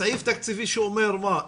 סעיף תקציבי שאומר מה?